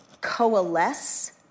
coalesce